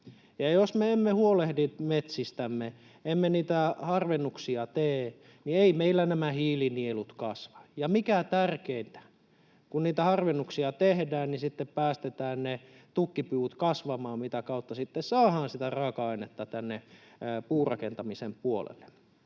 me emme huolehdi metsistämme, emme niitä harvennuksia tee, niin ei meillä nämä hiilinielut kasva. Ja mikä tärkeintä: kun niitä harvennuksia tehdään, niin sitten päästetään ne tukkipuut kasvamaan, mitä kautta sitten saadaan sitä raaka-ainetta tänne puurakentamisen puolelle.